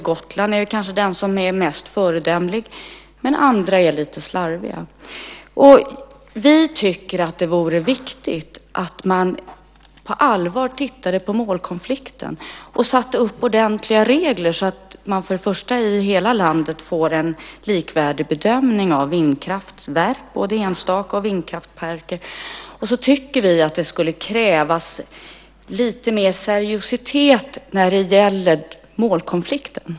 På Gotland är man kanske mest föredömlig, men andra är lite slarviga. Vi tycker att det är viktigt att man på allvar tittar på målkonflikten och sätter upp ordentliga regler. Då skulle man få en likvärdig bedömning av vindkraftverk, både enstaka och vindkraftparker, i hela landet. Vi tycker att det ska krävas lite mer seriositet när det gäller målkonflikten.